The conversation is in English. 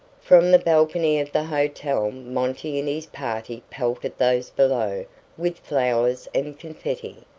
from the balcony of the hotel monty and his party pelted those below with flowers and confetti.